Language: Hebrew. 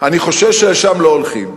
אני חושש שלשם לא הולכים.